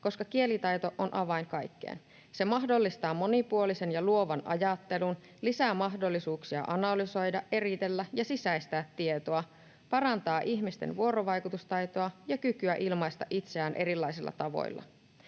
koska kielitaito on avain kaikkeen. Se mahdollistaa monipuolisen ja luovan ajattelun, lisää mahdollisuuksia analysoida, eritellä ja sisäistää tietoa sekä parantaa ihmisten vuorovaikutustaitoa ja kykyä ilmaista itseään erilaisilla tavoilla.